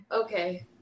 Okay